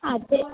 అదే